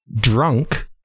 drunk